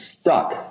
stuck